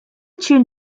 tune